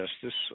Justice